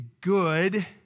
good